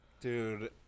dude